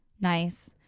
nice